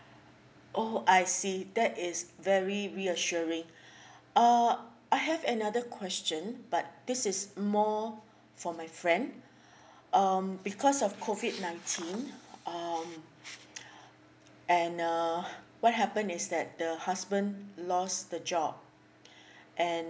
oh I see that is very reassuring uh I have another question but this is more for my friend um because of COVID nineteen um and uh what happened is that the husband lost the job and